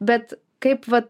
bet kaip vat